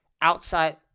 outside